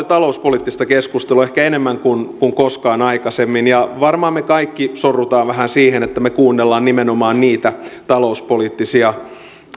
talouspoliittista keskustelua ehkä enemmän kuin koskaan aikaisemmin ja varmaan me kaikki sorrumme vähän siihen että me kuuntelemme nimenomaan niitä talouspoliittisia